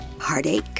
heartache